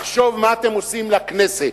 לחשוב מה אתם עושים לכנסת.